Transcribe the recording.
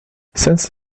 since